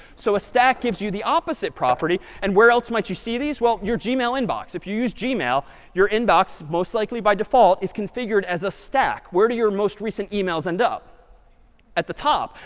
so a stack gives you the opposite property. and where else might you see these? well, your gmail inbox. if you use gmail, your inbox, most likely by default is configured as a stack. where do your most recent emails end up? audience at the top.